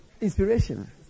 inspiration